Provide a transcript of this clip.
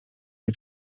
wie